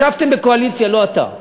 ישבתם בקואליציה, לא אתה,